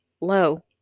low